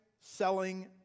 selling